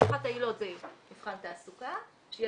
אחת העילות זה מבחן תעסוקה שהיא